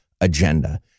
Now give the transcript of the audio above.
agenda